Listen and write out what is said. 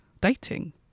dating